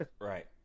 right